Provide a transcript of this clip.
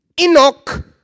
Enoch